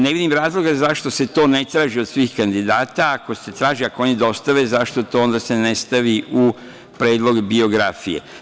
Ne vidim razlog zašto se to ne traži od svih kandidata, a ako se traži i oni dostave, zašto se to onda ne stavi u predlog biografija?